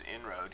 inroad